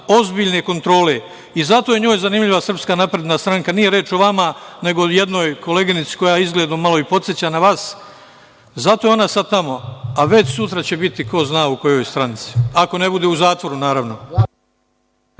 ozbiljne kontrole i zato je njoj zanimljiva SNS. Nije reč o vama, nego o jednoj koleginici koja izgledom malo i podseća na vas, zato je ona sada tamo, a već sutra će biti ko zna u kojoj stranci, ako ne bude u zatvoru naravno.